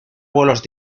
vuelos